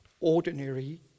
ordinary